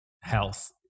health